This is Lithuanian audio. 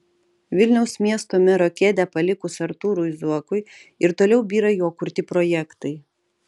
vilniaus miesto mero kėdę palikus artūrui zuokui ir toliau byra jo kurti projektai